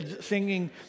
singing